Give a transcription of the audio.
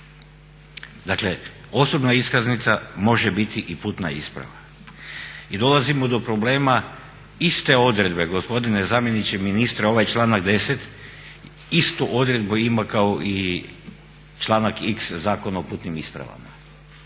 Dakle, osobna iskaznica može biti i putna isprava. Dolazimo do problema iste odredbe gospodine zamjeniče ministra ovaj članak 10. istu odredbu ima kao i članak x Zakona o putnim ispravama.